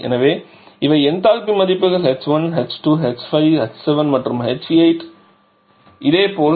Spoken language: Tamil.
எனவே இவை என்தால்பி மதிப்புகள் h1 h2 h5 h7 மற்றும் h8 இதேபோல்